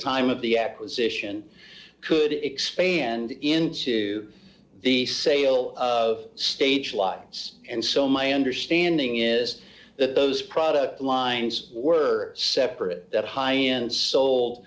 time of the acquisition could expand into the sale of stage license and so my understanding is that those product lines were separate that high unsold